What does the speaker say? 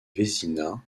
vézina